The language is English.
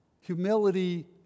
Humility